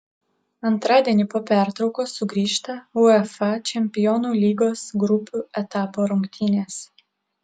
antradienį po pertraukos sugrįžta uefa čempionų lygos grupių etapo rungtynės